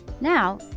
Now